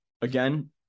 again